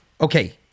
okay